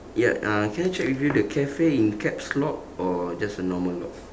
ya uh can I check with you the cafe in caps lock or just a normal lock